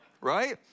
right